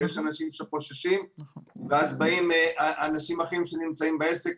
יש אנשים שחוששים ואז באים אנשים אחרים שנמצאים בעסק,